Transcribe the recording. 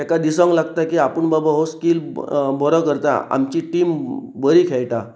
ताका दिसोंक लागता की आपूण बाबा हो स्कील बरो करता आमची टीम बरी खेळटा